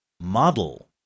Model